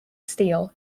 steel